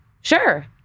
sure